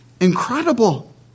incredible